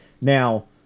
Now